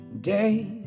days